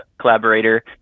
collaborator